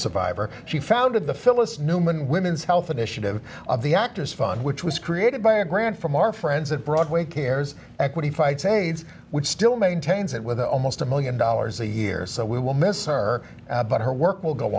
survivor she founded the phyllis newman women's health initiative of the actors fund which was created by a grant from our friends at broadway cares equity fights aids which still maintains it with almost a one million dollars a year so we will miss her but her work will go